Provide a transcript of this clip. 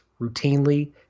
routinely